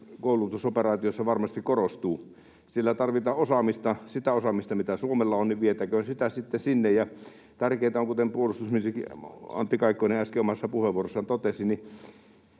koulutusoperaatiossa varmasti korostuu. Siellä tarvitaan osaamista. Sitä osaamista, mitä Suomella on, vietäköön sitten sinne. Ja tärkeintä on, kuten puolustusministeri Antti Kaikkonen äsken omassa puheenvuorossaan totesi,